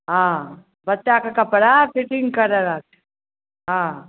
हँ बच्चाके कपड़ा फिटिङ्ग करयबाके छै हँ